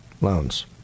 loans